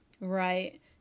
Right